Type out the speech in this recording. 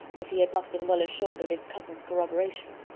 if he had not been well assured of his cousin's corroboration.